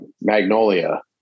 Magnolia